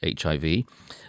HIV